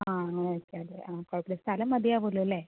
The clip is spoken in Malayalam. ആ ഓക്കേ ഓക്കേ ആ ഓക്കേ സ്ഥലം മതിയാവൂവുമല്ലോ അല്ലേ